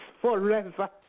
forever